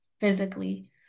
physically